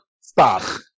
Stop